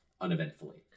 uneventfully